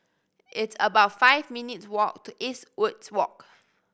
it's about five minutes' walk to Eastwood Walk